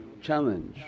challenge